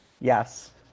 Yes